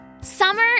Summer